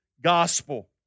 gospel